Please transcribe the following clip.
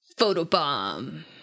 Photobomb